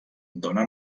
dóna